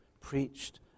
preached